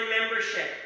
membership